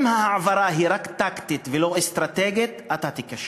אם ההעברה היא רק טקטית ולא אסטרטגית, אתה תיכשל.